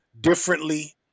differently